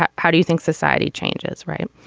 ah how do you think society changes. right.